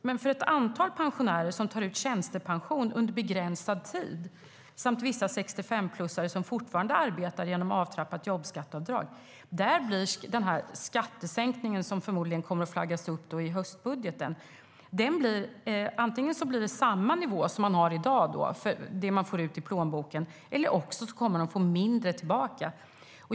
Men för ett antal pensionärer som tar ut tjänstepension under begränsad tid samt för vissa 65-plussare som fortfarande arbetar genom avtrappat jobbskatteavdrag kommer skattesänkningen som det flaggas för i höstbudgeten att innebära lika mycket i plånboken som i dag eller också att de får mindre tillbaka.